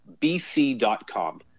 bc.com